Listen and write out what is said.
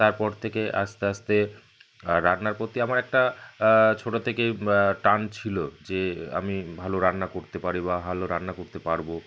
তারপর থেকে আস্তে আস্তে রান্নার প্রতি আমার একটা ছোটো থেকেই টান ছিলো যে আমি ভালো রান্না করতে পারি বা ভালো রান্না করতে পারবো